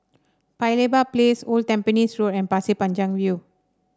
Paya Lebar Place Old Tampines Road and Pasir Panjang View